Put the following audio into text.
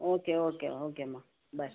okay okay ஓகேம்மா by